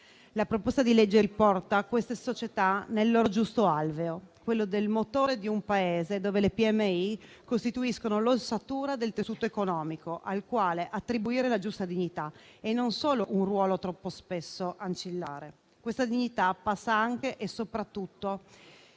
La proposta di legge riporta queste società al loro giusto alveo, quello del motore di un Paese dove le PMI costituiscono l'ossatura del tessuto economico, al quale attribuire la giusta dignità e non solo un ruolo troppo spesso ancillare. Questa dignità passa, anche e soprattutto,